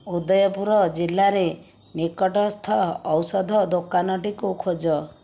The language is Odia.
ଉଦୟପୁର ଜିଲ୍ଲାରେ ନିକଟସ୍ଥ ଔଷଧ ଦୋକାନଟିକୁ ଖୋଜ